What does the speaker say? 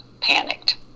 panicked